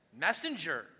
Messenger